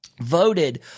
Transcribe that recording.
voted